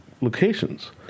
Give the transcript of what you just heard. locations